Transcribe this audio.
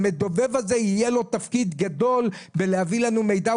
המדובב הזה יהיה לו תפקיד גדול בלהביא לנו מידע.